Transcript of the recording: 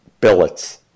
Billets